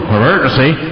Emergency